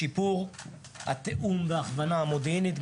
בשיפור התיאום וההכוונה המודיעינית.